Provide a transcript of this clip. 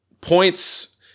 points